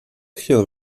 chtěl